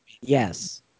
Yes